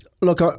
Look